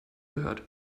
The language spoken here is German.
gehört